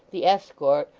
the escort,